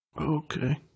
Okay